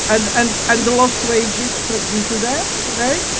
and and and the lost wages sort of due to that, right?